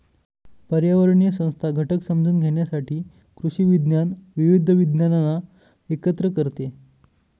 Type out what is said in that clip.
पर्यावरणीय संस्था घटक समजून घेण्यासाठी कृषी विज्ञान विविध विज्ञानांना एकत्र करते